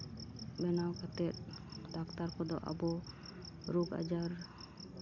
ᱵᱮᱱᱟᱣ ᱠᱟᱛᱮᱜ ᱰᱟᱠᱛᱟᱨ ᱠᱚᱫᱚ ᱟᱵᱚ ᱨᱳᱜᱽ ᱟᱡᱟᱨ